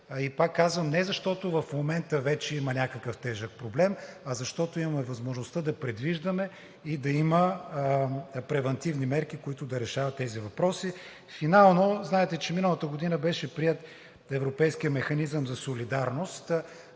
Пак казвам: не защото в момента вече има някакъв тежък проблем, а защото имаме възможността да предвиждаме и да има превантивни мерки, които да решават тези въпроси. Финално, знаете, че миналата година беше приет Европейският механизъм за солидарност.